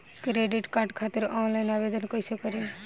Credit card खातिर online आवेदन कइसे करि?